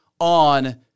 on